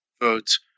votes